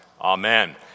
Amen